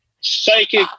psychic